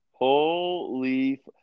Holy –